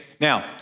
Now